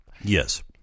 Yes